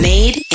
Made